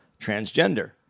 transgender